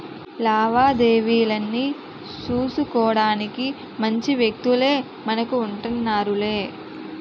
లావాదేవీలన్నీ సూసుకోడానికి మంచి వ్యక్తులే మనకు ఉంటన్నారులే